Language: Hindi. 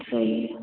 सही